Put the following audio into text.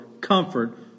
comfort